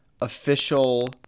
official